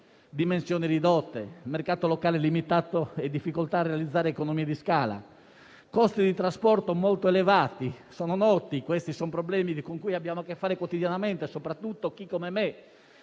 Dimensioni ridotte, mercato locale limitato e difficoltà a realizzare economie di scala, costi di trasporto molto elevati: sono noti questi problemi con cui abbiamo a che fare quotidianamente. Chi, come me,